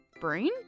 brain